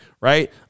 Right